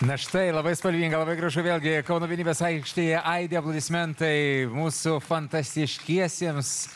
na štai labai spalvinga labai gražu vėlgi kauno vienybės aikštėje aidi aplodismentai mūsų fantastiškiesiems